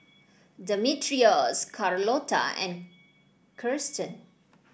Demetrios Carlota and Kirsten